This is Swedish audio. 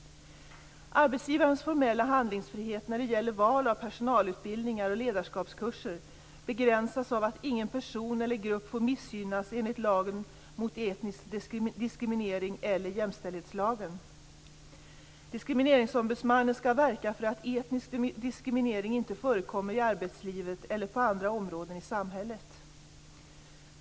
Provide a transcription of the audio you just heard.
Arbetsgivarens formella handlingsfrihet när det gäller val av personalutbildningar och ledarskapskurser begränsas av att ingen person eller grupp får missgynnas enligt lagen mot etnisk diskriminering eller jämställdhetslagen. Diskrimineringsombudsmannen skall verka för att etnisk diskriminering inte förekommer i arbetslivet eller på andra områden i samhället.